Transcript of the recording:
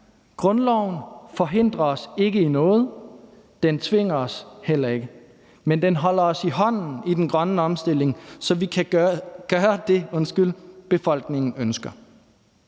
Grundloven forhindrer os ikke i noget, den tvinger os heller ikke, men den holder os i hånden i den grønne omstilling, så vi kan gøre det, befolkningen ønsker.